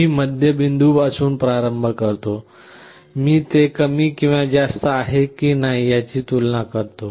मी मध्यम बिंदूपासून प्रारंभ करतो मी ते कमी किंवा जास्त आहे की नाही याची तुलना करतो